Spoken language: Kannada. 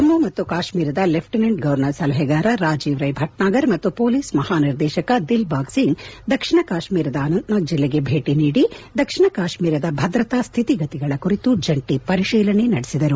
ಜಮ್ಮು ಮತ್ತು ಕಾಶ್ನೀರದ ಲೆಫ್ಟಿನೆಂಟ್ ಗೌರ್ನರ್ ಸಲಹೆಗಾರ ರಾಜೀವ್ ರೈ ಭಟ್ನಾಗರ್ ಮತ್ತು ಪೊಲೀಸ್ ಮಹಾನಿರ್ದೇಶಕ ದಿಲ್ಬಾಗ್ ಒಂಗ್ ದಕ್ಷಿಣ ಕಾಶ್ಮೀರದ ಅನಂತನಾಗ್ ಜಿಲ್ಲೆಗೆ ಭೇಟಿ ನೀಡಿ ದಕ್ಷಿಣ ಕಾಶ್ಮೀರದ ಭದ್ರತಾ ಸ್ಹಿತಿಗತಿಗಳ ಕುರಿತು ಜಂಟಿ ಪರಿಶೀಲನೆ ನಡೆಸಿದರು